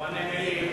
או הנמלים?